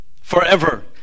forever